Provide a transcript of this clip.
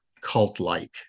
cult-like